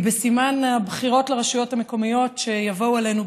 הם בסימן הבחירות לרשויות המקומיות שיבואו עלינו,